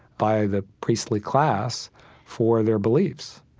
by the priestly class for their beliefs.